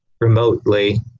remotely